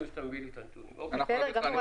בסדר גמור.